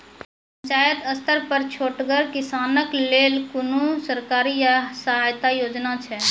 पंचायत स्तर पर छोटगर किसानक लेल कुनू सरकारी सहायता योजना छै?